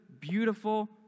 beautiful